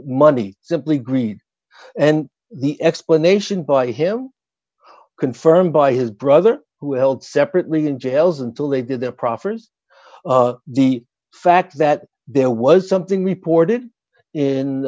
money simply greed and the explanation by him confirmed by his brother who held separately in jails until they did their proffers the fact that there was something reported in